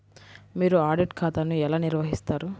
మీరు ఆడిట్ ఖాతాను ఎలా నిర్వహిస్తారు?